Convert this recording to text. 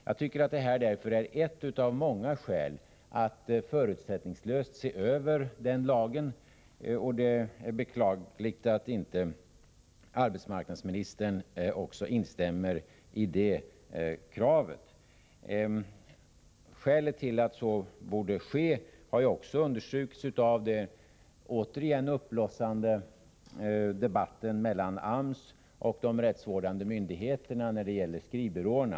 Jag tycker därför att dettta är ett av många skäl till att förutsättningslöst se över den lagen, och det är beklagligt att inte arbetsmarknadsministern också instämmer i detta krav. Att så borde ske har ju också understrukits av den återigen uppblossande debatten mellan AMS och de rättsvårdande myndigheterna när det gäller skrivbyråerna.